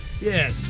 Yes